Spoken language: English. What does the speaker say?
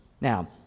Now